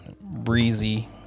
breezy